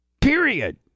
Period